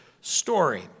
story